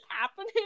happening